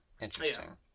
Interesting